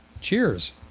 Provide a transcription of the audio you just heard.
Cheers